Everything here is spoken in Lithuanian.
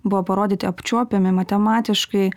buvo parodyti apčiuopiami matematiškai